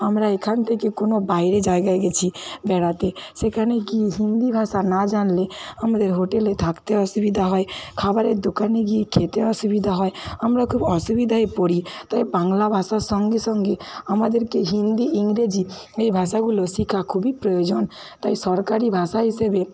আমরা এখান থেকে কোনো বাইরে জায়গায় গেছি বেড়াতে সেখানে গিয়ে হিন্দি ভাষা না জানলে আমাদের হোটেলে থাকতে অসুবিধা হয় খাবারের দোকানে গিয়ে খেতে অসুবিধা হয় আমরা খুব অসুবিধায় পড়ি তাই বাংলা ভাষার সঙ্গে সঙ্গে আমাদেরকে হিন্দি ইংরেজি এই ভাষাগুলো শেখা খুবই প্রয়োজন তাই সরকারি ভাষা হিসেবে